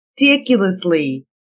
ridiculously